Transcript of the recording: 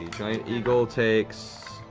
giant eagle takes